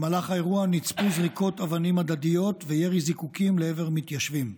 במהלך האירוע נצפו זריקות אבנים הדדיות וירי זיקוקים לעבר מתיישבים.